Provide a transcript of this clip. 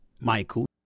Michael